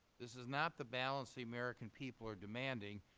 this is not the balance the american people are demanding,